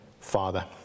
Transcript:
Father